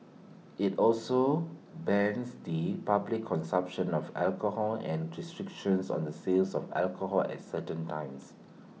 IT also bans the public consumption of alcohol and restrictions on the sales of alcohol at certain times